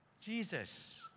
Jesus